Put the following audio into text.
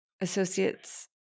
associates